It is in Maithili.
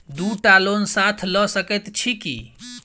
दु टा लोन साथ लऽ सकैत छी की?